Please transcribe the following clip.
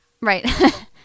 right